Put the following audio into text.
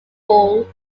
bulls